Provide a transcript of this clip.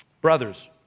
Brothers